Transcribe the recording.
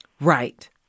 right